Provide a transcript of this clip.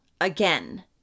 again